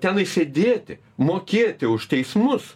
ten išsėdėti mokėti už teismus